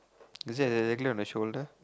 is it exactly on the shoulder